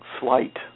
Slight